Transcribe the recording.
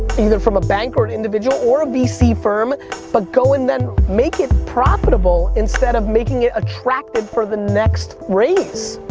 either from a bank or an individual or a vc firm but go and then make it profitable instead of making it attractive for the next raise.